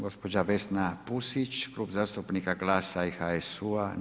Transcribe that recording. Gospođa Vesna Pusić, Klub zastupnika GLAS-a i HSU-a.